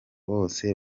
bose